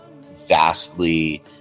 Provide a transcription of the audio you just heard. vastly